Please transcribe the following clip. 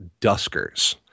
Duskers